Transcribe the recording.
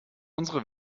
unsere